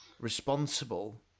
Responsible